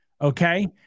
okay